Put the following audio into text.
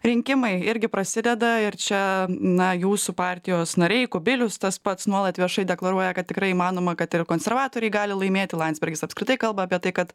rinkimai irgi prasideda ir čia na jūsų partijos nariai kubilius tas pats nuolat viešai deklaruoja kad tikrai įmanoma kad ir konservatoriai gali laimėti landsbergis apskritai kalba apie tai kad